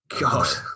God